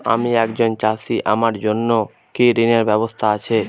আমি একজন চাষী আমার জন্য কি ঋণের ব্যবস্থা আছে?